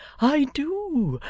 i do.